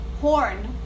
horn